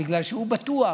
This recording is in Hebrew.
בגלל שהוא בטוח